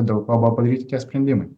dėl ko buvo padaryti tie sprendimai